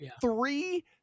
three